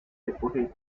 recoger